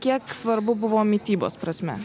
kiek svarbu buvo mitybos prasme